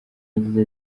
yagize